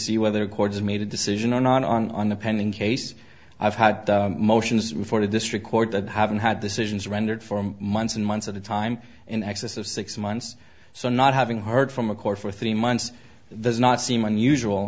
see whether cords made a decision are not on the pending case i've had motions before the district court that haven't had the sit ins rendered for months and months at a time in excess of six months so not having heard from a court for three months does not seem unusual